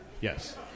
Yes